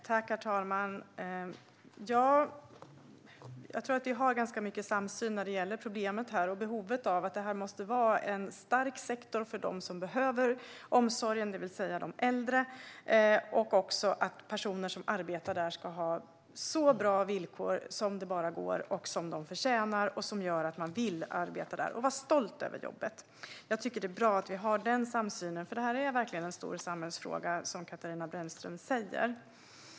Herr talman! Jag tror att vi har ganska mycket samsyn när det gäller problemet och att detta måste vara en stark sektor för dem som behöver omsorgen, det vill säga de äldre, och att personer som arbetar där ska ha så bra villkor som det bara går, som de förtjänar och som gör att de vill arbeta där och kan vara stolta över jobbet. Jag tycker att det är bra att vi har denna samsyn, eftersom detta verkligen är en stor samhällsfråga, som Katarina Brännström säger.